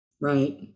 right